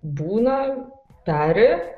būna peri